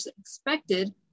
expected